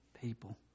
people